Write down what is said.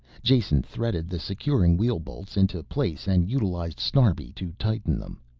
jason threaded the securing wheel bolts into place and utilized snarbi to tighten them.